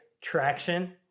traction